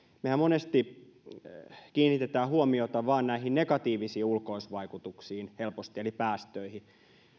mehän monesti kiinnitämme helposti huomiota vain näihin negatiivisiin ulkoisvaikutuksiin eli päästöihin